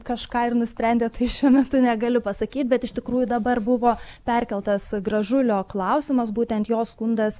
kažką ir nusprendė tai šiuo metu negaliu pasakyt bet iš tikrųjų dabar buvo perkeltas gražulio klausimas būtent jo skundas